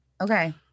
Okay